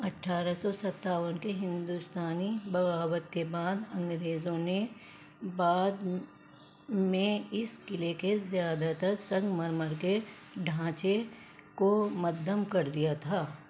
اٹھارہ سو ستاون کے ہندوستانی بغاوت کے بعد انگریزوں نے بعد میں اس قلعہ کے زیادہ تر سنگ مرمر کے ڈھانچے کو منہدم کر دیا تھا